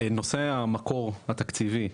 נושא המקור התקציבי,